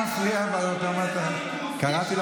עדיין אצל גבר זאת תהיה חוזקה,